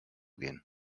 gehen